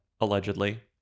allegedly